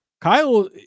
Kyle